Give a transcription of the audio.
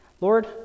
Lord